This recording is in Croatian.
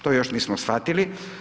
To još nismo shvatili.